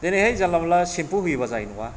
दिनैहाय जानला मोनला शेमपु होयोबा जानाय नङा